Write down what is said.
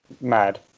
mad